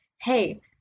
hey